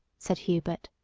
said hubert.